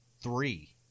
three